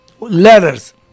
letters